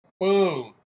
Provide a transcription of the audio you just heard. boom